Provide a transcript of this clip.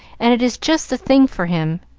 and it is just the thing for him.